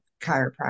chiropractor